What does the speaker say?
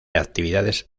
actividades